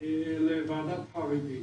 לוועדת חריגים.